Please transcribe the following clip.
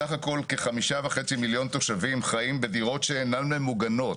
בסך הכל כ-5.5 מיליון תושבים חיים בדיקות שאינן ממוגנות.